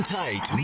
tight